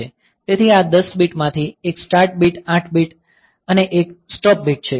તેથી આ 10 બીટ માંથી એક સ્ટાર્ટ બીટ 8 બીટ ડેટા અને 1 સ્ટોપ બીટ છે